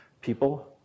people